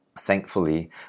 Thankfully